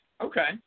Okay